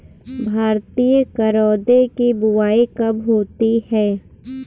भारतीय करौदे की बुवाई कब होती है?